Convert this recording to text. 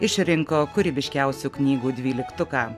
išrinko kūrybiškiausių knygų dvyliktuką